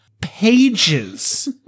pages